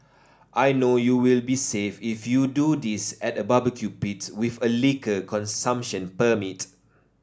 I know you will be safe if you do this at a barbecue pit with a liquor consumption permit